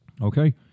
Okay